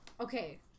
Okay